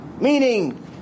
Meaning